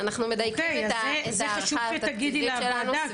אנחנו מדייקים את ההערכה -- חשוב שתגידי לוועדה את זה.